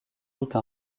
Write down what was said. doute